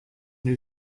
new